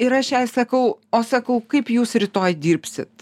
ir aš jai sakau o sakau kaip jūs rytoj dirbsit